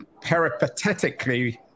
peripatetically